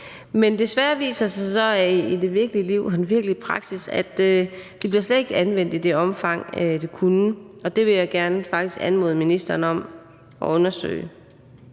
Men desværre viser det sig så, at i det virkelige liv og i den virkelig praksis bliver det slet ikke anvendt i det omfang, det kunne. Og det vil jeg faktisk gerne anmode ministeren om at undersøge,